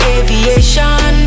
aviation